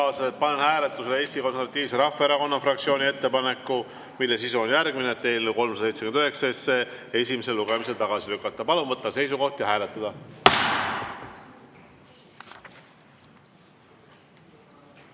panen hääletusele Eesti Konservatiivse Rahvaerakonna fraktsiooni ettepaneku, mille sisu on järgmine: eelnõu 379 esimesel lugemisel tagasi lükata. Palun võtta seisukoht ja hääletada!